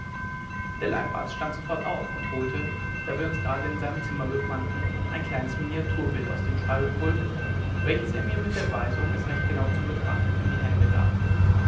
der leibarzt stand sofort auf und holte da wir uns gerade in seinem zimmer befanden ein kleines miniaturbild aus dem schreibepult welches er mir mit der weisung es recht genau zu betrachten in die hände gab